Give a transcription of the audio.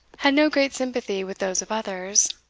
had no great sympathy with those of others,